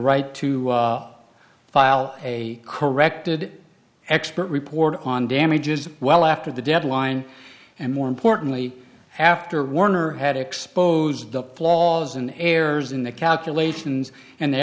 right to file a corrected expert report on damages well after the deadline and more importantly after warner had exposed the flaws and errors in the calculations and the